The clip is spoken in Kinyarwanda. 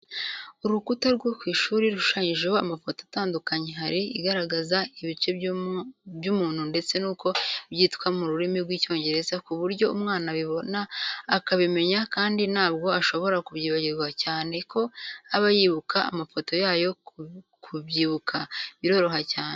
Urukuta rwo ku ishuri rushushanyijeho amafoto atandukanye, hari igaragaza ibice by'umuntu ndetse n'uko byitwa mu rurimi rw'Icyongereza ku buryo umwana abiboba akabimenya kandi ntabwo ashobora kubyibagirwa cyane ko aba yibuka amafoto yayo kubyibuka biroroha cyane.